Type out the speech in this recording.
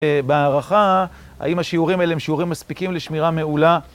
בהערכה, האם השיעורים האלה הם שיעורים מספיקים לשמירה מעולה?